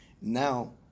Now